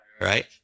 right